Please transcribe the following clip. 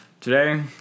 today